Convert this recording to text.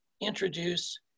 introduce